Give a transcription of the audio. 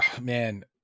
man